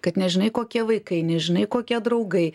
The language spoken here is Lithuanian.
kad nežinai kokie vaikai nežinai kokie draugai